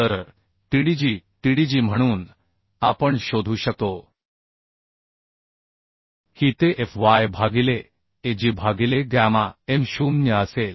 तर TDG TDG म्हणून आपण शोधू शकतो की ते f y भागिले a g भागिले गॅमा m0 असेल